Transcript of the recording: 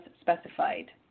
specified